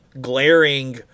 glaring